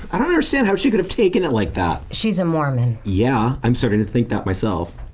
i don't understand how she could have taken it like that! she's a mormon. yeah! i'm starting to think that myself.